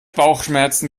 bauchschmerzen